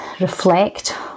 reflect